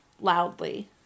loudly